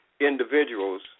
individuals